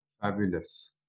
fabulous